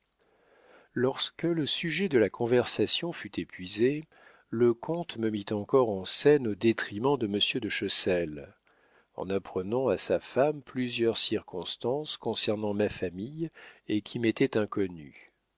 lorsque le sujet de la conversation fut épuisé le comte me mit encore en scène au détriment de monsieur de chessel en apprenant à sa femme plusieurs circonstances concernant ma famille et qui m'étaient inconnues